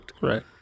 Right